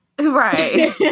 Right